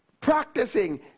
Practicing